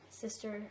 sister